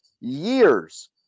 years